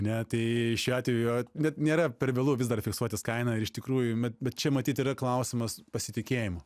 ane tai šiuo atveju jo net nėra per vėlu vis dar fiksuotis kainą ir iš tikrųjų me bet čia matyt yra klausimas pasitikėjimo